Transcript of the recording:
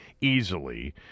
easily